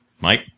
Mike